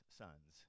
sons